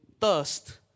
Thirst